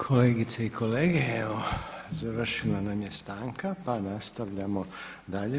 Kolegice i kolege, evo završila nam je stanka pa nastavljamo dalje.